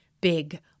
big